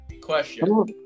question